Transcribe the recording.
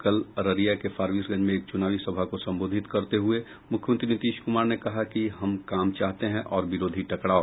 कल अररिया के फारबिसगंज में एक चुनावी सभा को संबोधित करते हुये मुख्यमंत्री नीतीश कुमार ने कहा हम काम चाहते हैं और विरोधी टकराव